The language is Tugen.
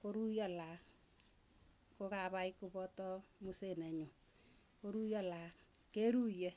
koruiyo laak, kokapai kopoto musee nenyu, koruiyo laak keruiye.